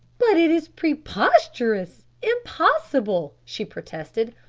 but it is preposterous, impossible! she protested.